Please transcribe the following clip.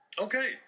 Okay